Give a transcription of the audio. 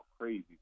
crazy